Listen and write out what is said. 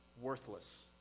worthless